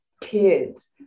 kids